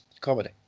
comedy